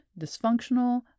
dysfunctional